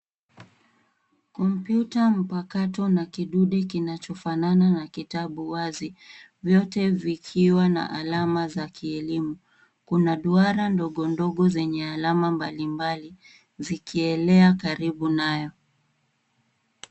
Kompyuta mpakato na kidude kinachofana na kitabu wazi, vyote vikiwa na alama za kielimu. Kuna duara ndogondogo zenye alama mbalimbali zikielea karibu nayo.